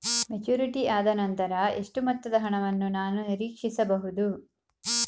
Maturity ಆದನಂತರ ಎಷ್ಟು ಮೊತ್ತದ ಹಣವನ್ನು ನಾನು ನೀರೀಕ್ಷಿಸ ಬಹುದು?